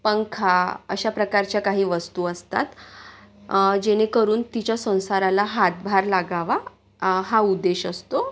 पंखा अशा प्रकारच्या काही वस्तू असतात जेणेकरून तिच्या संसाराला हातभार लागावा हा उद्देश असतो